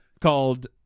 called